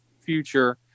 future